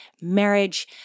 marriage